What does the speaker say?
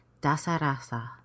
Dasarasa